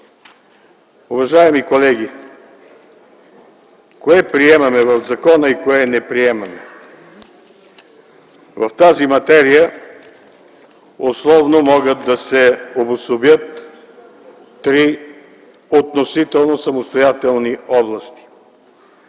Уважаеми колеги, кое приемаме в закона и кое не приемаме? В тази материя условно могат да се обособят три относително самостоятелни области.